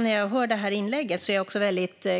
När jag hör det här inlägget blir jag också